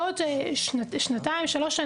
בעוד שנתיים-שלוש,